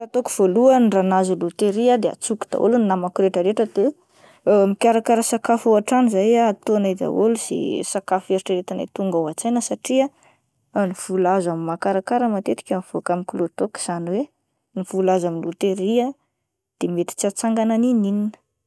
Ny ataoko voalohany raha nahazo loteria ah, de antsoiko daholo ny namako rehetra rehetra de mikarakara sakafo ao an-trano izay ah, ataonay daholo izay sakafo eritreretinay rehetra tonga ao an-tsaina satria ny vola azo avy amin'ny makarakara matetika mivoaka amin'ny kilôdôka izany hoe ny vola azo amin'ny loteria de mety tsy ahatsangana n'inona n'inona.